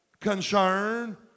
concern